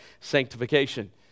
Sanctification